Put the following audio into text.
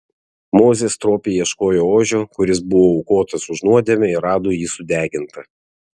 mozė stropiai ieškojo ožio kuris buvo aukotas už nuodėmę ir rado jį sudegintą